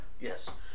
Yes